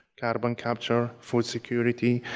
carbon capture, food security,